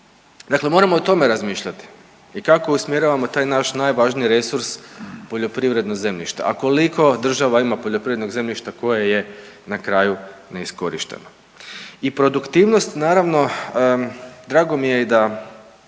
Dakle moramo o tome razmišljati i kako usmjeravamo taj naš najvažniji resurs poljoprivredna zemljišta, a koliko država ima poljoprivrednog zemljišta koje je na kraju neiskorišteno. I produktivnost naravno, drago mi je i da